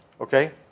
Okay